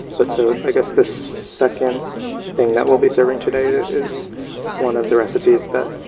but so i guess this second thing that we'll be serving today is one of the recipes that